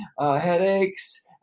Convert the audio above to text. headaches